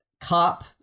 cop